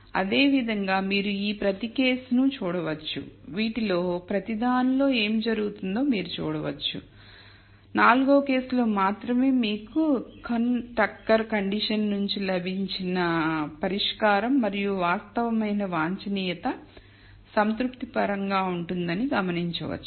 అదేవిధంగా మీరు ఈ ప్రతి కేసును చూడవచ్చు వీటిలో ప్రతిదానిలో ఏమి జరుగుతుందో మీరు చూడవచ్చు మరియు 4 వ కేసులో మాత్రమే మీకు Kuhn Tucker కండిషన్ నుండి లభించిన పరిష్కారం మరియు వాస్తవమైన వాంఛనీయత సంతృప్తికరంగా ఉంటుందని మీరు గమనించవచ్చు